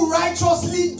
righteously